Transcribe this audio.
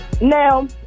Now